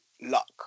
luck